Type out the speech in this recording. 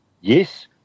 Yes